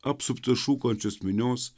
apsuptas šūkančios minios